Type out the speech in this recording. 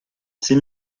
ces